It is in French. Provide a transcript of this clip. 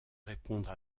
répondre